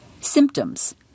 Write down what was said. Symptoms –